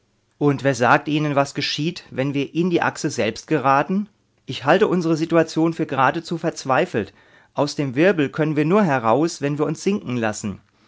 und wer sagt ihnen was geschieht wenn wir in die achse selbst geraten ich halte unsere situation für geradezu verzweifelt aus dem wirbel können wir nur heraus wenn wir uns sinken lassen